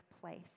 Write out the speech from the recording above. place